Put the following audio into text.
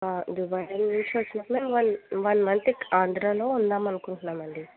Dubai నుంచి వచ్చినాక one one month ఆంధ్రాలో ఉందాం అనుకుంటున్నాం అండి